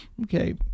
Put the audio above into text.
Okay